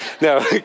No